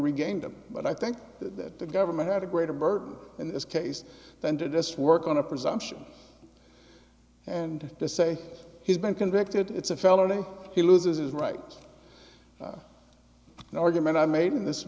regained them but i think that the government had a greater burden in this case than to just work on a presumption and to say he's been convicted it's a felony he loses his right and argument i made in this